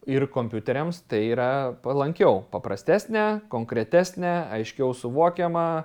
ir kompiuteriams tai yra palankiau paprastesnė konkretesnė aiškiau suvokiama